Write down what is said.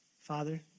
Father